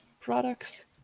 products